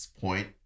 point